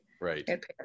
Right